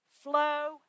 Flow